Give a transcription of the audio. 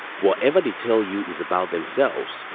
whatever they tell you is about themselves,